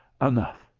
enough,